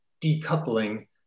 decoupling